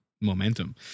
momentum